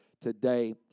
today